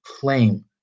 flame